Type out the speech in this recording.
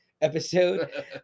episode